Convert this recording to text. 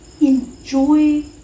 Enjoy